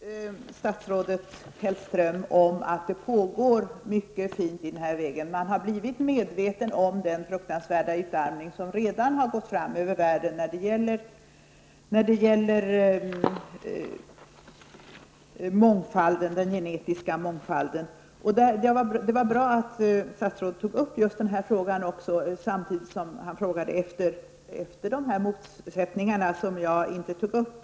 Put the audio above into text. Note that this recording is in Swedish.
Herr talman! Jag håller med statsrådet Hellström om att det pågår mycket fint i den här vägen. Man har blivit medveten om den fruktansvärda utarmning som redan har gått fram över världen i samband med den genetiska mångfalden. Det var bra att statsrådet tog upp just den frågan, samtidigt som man frågade efter de motsättningar som jag inte tog upp.